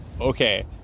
okay